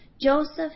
Joseph